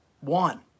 one